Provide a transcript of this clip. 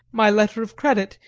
my letter of credit,